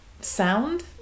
sound